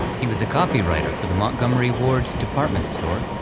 he was a copywriter for the montgomery ward department store,